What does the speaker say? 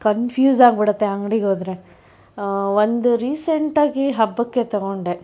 confuse ಆಗಿಬಿಡುತ್ತೆ ಅಂಗಡಿಗೆ ಹೋದರೆ ಒಂದು ರೀಸೆಂಟಾಗಿ ಹಬ್ಬಕ್ಕೆ ತಗೊಂಡೆ